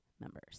members